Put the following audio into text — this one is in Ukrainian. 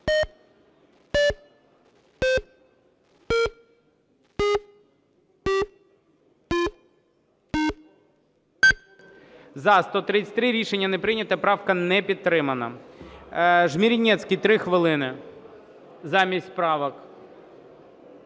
За-133 Рішення не прийнято. Правка не підтримана. Жмеренецький, 3 хвилини замість правок.